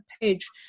page